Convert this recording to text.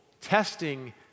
testing